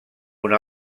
una